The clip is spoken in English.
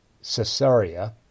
Caesarea